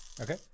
Okay